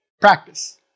Practice